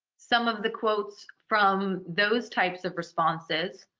some of the quotes from those types of responses.